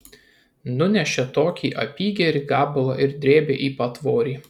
nunešė tokį apygerį gabalą ir drėbė į patvorį